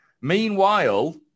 meanwhile